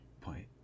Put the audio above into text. point